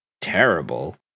terrible